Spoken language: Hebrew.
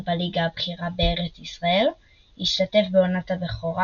בליגה הבכירה בארץ ישראל השתתף בעונת הבכורה